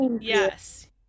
Yes